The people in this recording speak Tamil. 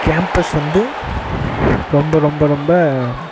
கேம்பஸ் வந்து ரொம்ப ரொம்ப ரொம்ப